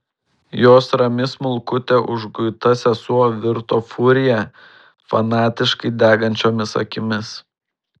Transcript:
jos rami smulkutė užguita sesuo virto furija fanatiškai degančiomis akimis